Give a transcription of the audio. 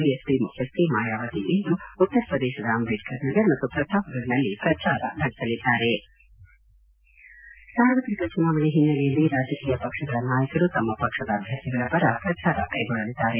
BS P ಮುಖ್ಯಸ್ವೆ ಮಾಯಾವತಿ ಇಂದು ಉತ್ತರ ಪ್ರದೇಶದ ಅಂಬೇಡ್ಕರ್ ನಗರ್ ಮತ್ತು ಪ್ರತಾಪ್ ಗಢ್ ನಲ್ಲಿ ಪ್ರಚಾರ ನಡೆಸಲಿದ್ದಾರೆ ಸಾರ್ವತ್ರಿಕ ಚುನಾವಣೆ ಹಿನ್ನೆಲೆಯಲ್ಲಿ ರಾಜಕೀಯ ಪಕ್ಷದ ನಾಯಕರು ತಮ್ಮ ತಮ್ಮ ಪಕ್ಷದ ಅಭ್ಯರ್ಥಿಗಳ ಪರ ಪ್ರಚಾರ ಕೈಗೊಳ್ಳಲಿದ್ದಾರೆ